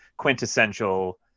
quintessential